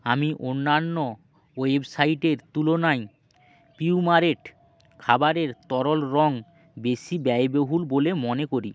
আমি অন্যান্য ওয়েবসাইটের তুলনায় পিউরামেট খাবারের তরল রঙ বেশি ব্যয়বহুল বলে মনে করি